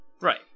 Right